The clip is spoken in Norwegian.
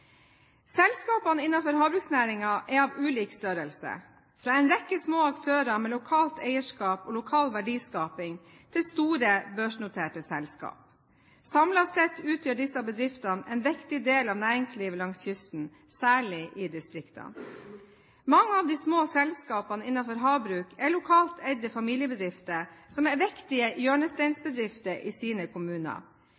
Selskapene innenfor havbruksnæringen er av ulik størrelse, fra en rekke små aktører med lokalt eierskap og lokal verdiskaping til store børsnoterte selskap. Samlet sett utgjør disse bedriftene en viktig del av næringslivet langs kysten, særlig i distriktene. Mange av de små selskapene innenfor havbruk er lokalt eide familiebedrifter som er viktige